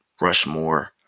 Rushmore